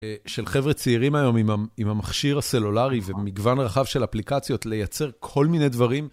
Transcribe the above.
של חבר'ה צעירים היום עם המכשיר הסלולרי ומגוון רחב של אפליקציות לייצר כל מיני דברים.